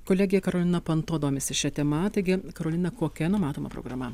kolegė karolina panto domisi šia tema taigi karolina kokia numatoma programa